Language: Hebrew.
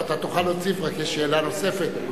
אתה תוכל להוסיף, רק שאלה נוספת.